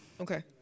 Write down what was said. Okay